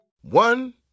One